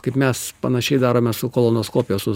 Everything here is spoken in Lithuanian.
kaip mes panašiai darome su kolonoskopija su